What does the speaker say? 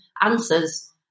answers